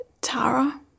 Tara